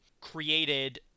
created